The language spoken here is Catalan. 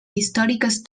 històriques